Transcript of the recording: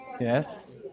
Yes